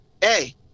Hey